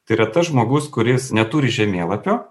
tai yra tas žmogus kuris neturi žemėlapio